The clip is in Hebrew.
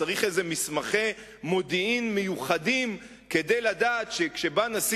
צריך איזה מסמכי מודיעין מיוחדים כדי לדעת שכשבא נשיא